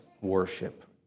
worship